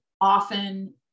Often